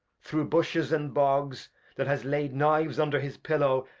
through bushes, and bogs that has laid knives under his pillow,